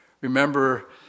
Remember